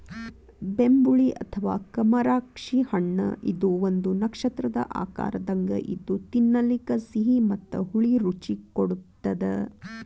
ಬೆಂಬುಳಿ ಅಥವಾ ಕಮರಾಕ್ಷಿ ಹಣ್ಣಇದು ಒಂದು ನಕ್ಷತ್ರದ ಆಕಾರದಂಗ ಇದ್ದು ತಿನ್ನಲಿಕ ಸಿಹಿ ಮತ್ತ ಹುಳಿ ರುಚಿ ಕೊಡತ್ತದ